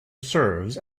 serves